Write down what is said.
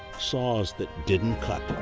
saws that didn't cut.